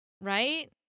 right